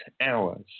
hours